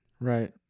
Right